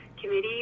committee